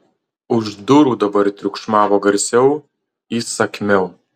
už durų dabar triukšmavo garsiau įsakmiau